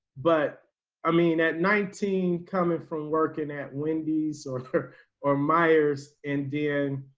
but i mean at nineteen coming from working at wendy's or or or meyers, indian,